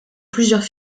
plusieurs